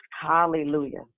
hallelujah